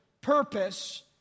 purpose